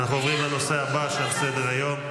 אנחנו עוברים לנושא הבא שעל סדר-היום,